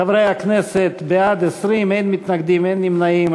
חברי הכנסת, בעד, 20, אין מתנגדים, אין נמנעים.